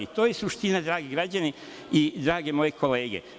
To je suština, dragi građani i drage moje kolege.